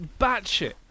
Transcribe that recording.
batshit